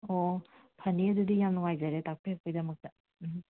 ꯑꯣ ꯐꯅꯤ ꯑꯗꯨꯗꯤ ꯌꯥꯝꯅ ꯅꯨꯡꯉꯥꯏꯖꯔꯦ ꯇꯥꯛꯄꯤꯔꯛꯄꯒꯤꯗꯃꯛꯇ ꯎꯝꯍꯨꯝ